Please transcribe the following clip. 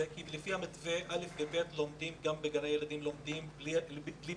כי לפי המתווה כיתות א' ו-ב' וגני הילדים לומדים בלי פיצול.